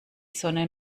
sonne